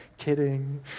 kidding